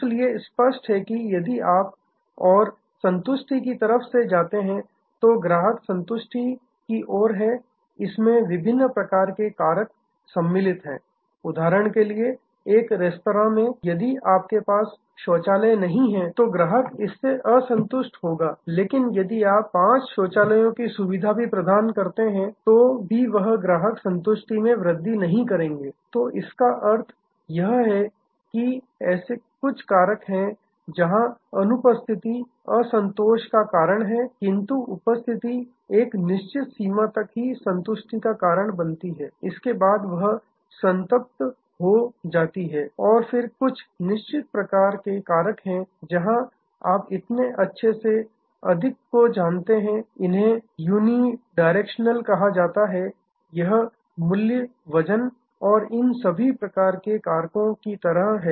इसलिए स्पष्ट है कि यदि आप और संतुष्टि की तरफ से जाते हैं तो ग्राहक संतुष्टि की ओर है इसमें विभिन्न प्रकार के कारक सम्मिलित हैं उदाहरण के लिए एक रेस्तरां में यदि आपके पास शौचालय नहीं है तो ग्राहक इससे असंतुष्ट होगा लेकिन यदि आप 5 शौचालयों की सुविधा भी प्रदान करते हैं तो भी वह ग्राहक संतुष्टि में वृद्धि नहीं करेंगे तो इसका यह अर्थ है कि कुछ ऐसे कारक हैं जहां अनुपस्थिति असंतोष का कारण है किंतु उपस्थिति एक निश्चित सीमा तक ही संतुष्टि का कारण बनती है इसके बाद वह संतृप्त हो जाती है और फिर कुछ निश्चित प्रकार के कारक हैं जहां आप इतने अच्छे से अधिक को जानते हैं इन्हें यूनिडायरेक्शनल कहा जाता है यह मूल्य वजन और इन सभी प्रकार के कारकों की तरह है